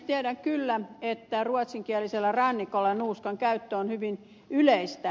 tiedän kyllä että ruotsinkielisellä rannikolla nuuskankäyttö on hyvin yleistä